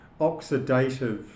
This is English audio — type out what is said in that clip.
oxidative